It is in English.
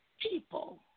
people